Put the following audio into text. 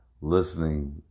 listening